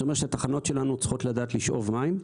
זה אומר שהתחנות שלנו צריכות לדעת לשאוב מים,